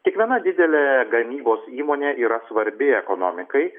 kiekviena didelė gamybos įmonė yra svarbi ekonomikai